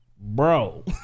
Bro